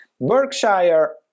Berkshire